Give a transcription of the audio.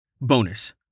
Bonus